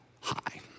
high